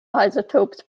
isotopes